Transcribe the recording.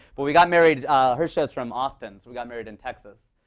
but we got married harsha is from austin, so we got married in texas.